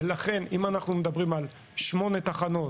אם מדברים על שמונה תחנות,